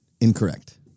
Incorrect